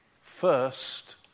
first